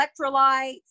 electrolytes